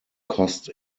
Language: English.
cost